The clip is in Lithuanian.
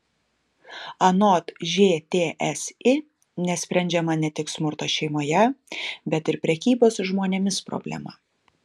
anot žtsi nesprendžiama ne tik smurto šeimoje bet ir prekybos žmonėmis problema